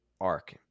arc